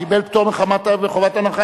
קיבל פטור מחובת הנחה,